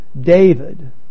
David